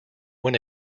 when